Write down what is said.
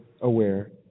aware